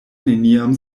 neniam